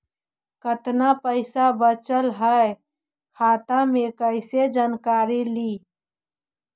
कतना पैसा बचल है खाता मे कैसे जानकारी ली?